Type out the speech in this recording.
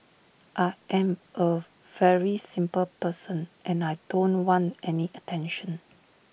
I am A very simple person and I don't want any attention